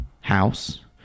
house